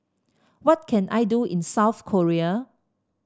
what can I do in South Korea